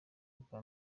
bwa